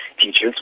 Teachers